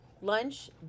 lunch